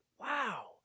wow